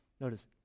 notice